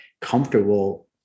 comfortable